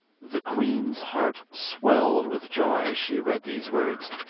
the queen's heart swelled with joy as she read these words,